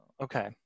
okay